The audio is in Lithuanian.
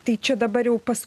tai čia dabar jau pas